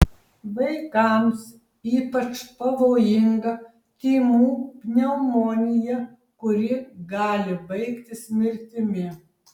vaikams ypač pavojinga tymų pneumonija kuri gali baigtis mirtimi